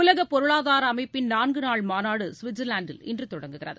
உலகப் பொருளாதார அமைப்பின் நான்குநாள் மாநாடு சுவிட்சர்லாந்தில் இன்று தொடங்குகிறது